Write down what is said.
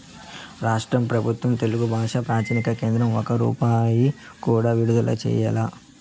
రాష్ట్ర పెబుత్వం తెలుగు బాషా ప్రాచీన కేంద్రానికి ఒక్క రూపాయి కూడా విడుదల చెయ్యలా